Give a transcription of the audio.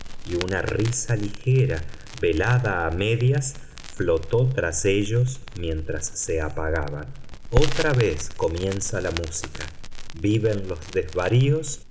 y una risa ligera velada a medias flotó tras ellos mientras se apagaban otra vez comienza la música viven los desvaríos